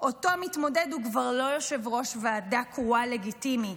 אותו מתמודד הוא כבר לא יושב-ראש ועדה קרואה לגיטימי,